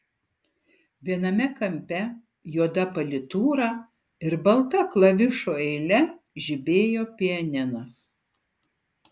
viename kampe juoda politūra ir balta klavišų eile žibėjo pianinas